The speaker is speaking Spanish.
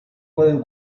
pueden